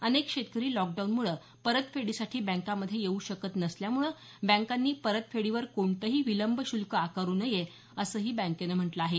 अनेक शेतकरी लॉकडाऊन मुळे परतफेडीसाठी बँकामध्ये येवू शकत नसल्यामुळे बँकांनी परतफेडीवर कोणतही विलंब शुल्क आकारू नये असंही बँकेनं म्हटलं आहे